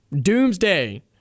doomsday